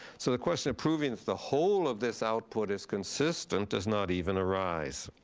so the question of proving the whole of this output is consistent does not even arise.